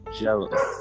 jealous